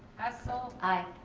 essel. aye.